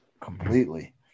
completely